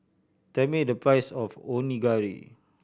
tell me the price of Onigiri